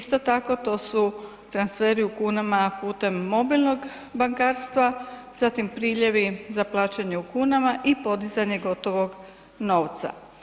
Isto tako, to su transferi u kunama putem mobilnog bankarstva, zatim priljevi za plaćanje u kunama i podizanje gotovog novca.